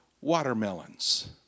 watermelons